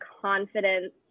confidence